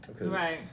Right